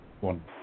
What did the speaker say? one